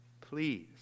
please